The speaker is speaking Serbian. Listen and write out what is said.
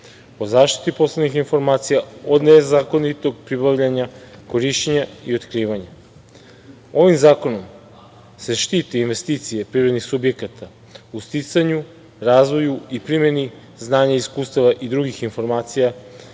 o zaštiti poslovnih informacija od nezakonitog pribavljanja, korišćenja i otkrivanja. Ovim zakonom se štite investicije privrednih subjekti u sticanju, razvoju i primeni znanja i iskustava i drugih informacija